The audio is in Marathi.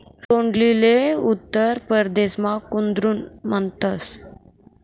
तोंडलीले उत्तर परदेसमा कुद्रुन म्हणतस